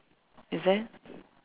is it